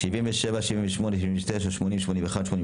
עד